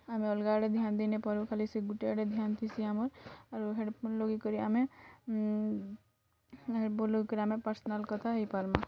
ଆମେ ଅଲଗା ଆଡ଼େ ଧ୍ୟାନ୍ ଦେଇ ନ ପାରୁଁ ଖାଲି ସେ ଗୋଟେ ଆଡ଼େ ଧ୍ୟାନ୍ ଥିସି ଆମର୍ ଆରୁ ହେଡ଼୍ ଫୋନ୍ ଲଗେଇକରି ଆମେ ବୁଲ୍ କିରି ଆମେ ପର୍ସନାଲ୍ କଥା ହେଇଁପାରୁ